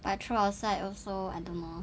but throw outside I also I don't know